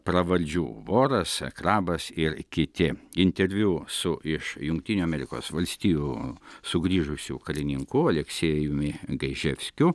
pravardžių voras krabas ir kiti interviu su iš jungtinių amerikos valstijų sugrįžusiu karininku aleksėjumi gaiževskiu